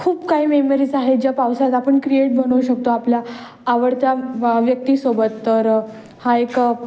खूप काही मेमरीज आहेत ज्या पावसात आपण क्रिएट बनवू शकतो आपल्या आवडत्या व व्यक्तीसोबत तर हा एक